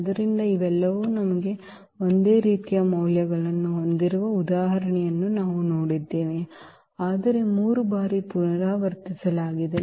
ಆದ್ದರಿಂದ ಇವೆಲ್ಲವೂ ನಮಗೆ ಒಂದೇ ರೀತಿಯ ಮೌಲ್ಯಗಳನ್ನು ಹೊಂದಿರುವ ಉದಾಹರಣೆಯನ್ನು ನಾವು ಹೊಂದಿದ್ದೇವೆ ಆದರೆ ಮೂರು ಬಾರಿ ಪುನರಾವರ್ತಿಸಲಾಗಿದೆ